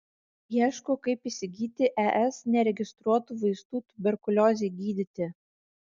ieško kaip įsigyti es neregistruotų vaistų tuberkuliozei gydyti